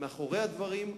מאחורי הדברים,